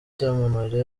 icyamamare